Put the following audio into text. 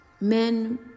men